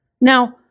Now